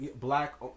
black